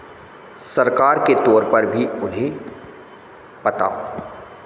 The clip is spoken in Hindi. सरकार के तोर पर भी उन्हें पता हो